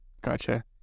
Gotcha